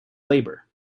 labour